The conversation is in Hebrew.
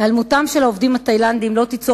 היעלמותם של העובדים התאילנדים לא תיצור